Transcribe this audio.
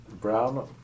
Brown